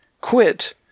quit